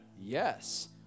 Yes